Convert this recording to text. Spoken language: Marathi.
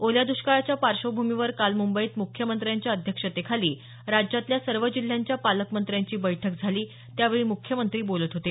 ओल्या दुष्काळाच्या पार्श्वभूमीवर काल मुंबईत मुख्यमंत्र्यांच्या अध्यक्षतेखाली राज्यातल्या सर्व जिल्ह्यांच्या पालकमंत्र्यांची बैठक झाली त्यावेळी मुख्यमंत्री बोलत होते